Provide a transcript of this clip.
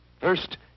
First